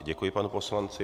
Děkuji panu poslanci.